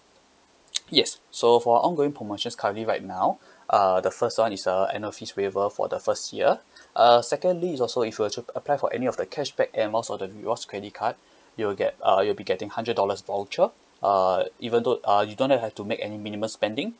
yes so for our ongoing promotions currently right now uh the first one is a annual fees variable for the first year uh secondly is also if you were to apply for any of the cashback air miles or the rewards credit card you will get uh you'll be getting hundred dollars voucher uh even though uh you don't have had to make any minimal spending